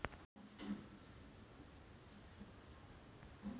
जीनोमचा किती भाग हा प्रथिनांसाठी कोड असलेल्या प्रदेशांनी बनलेला असतो?